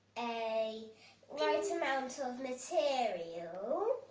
a right amount of material,